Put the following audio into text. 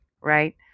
right